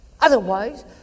Otherwise